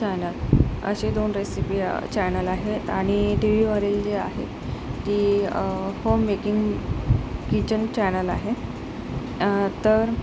channel असे दोन recipe channel आहेत आणि टी वीवरील जे आहे ते होम मेकिंग किचन चॅनल आहे तर